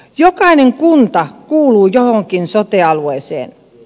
jokainen kunta kuuluu johonkin sote alueeseen